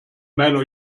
meiner